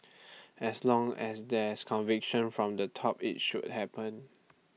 as long as there's conviction from the top IT should happen